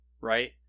right